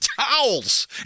towels